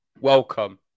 Welcome